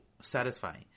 satisfying